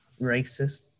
racist